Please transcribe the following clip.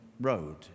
Road